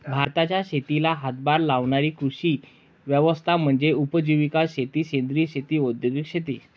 भारताच्या शेतीला हातभार लावणारी कृषी व्यवस्था म्हणजे उपजीविका शेती सेंद्रिय शेती औद्योगिक शेती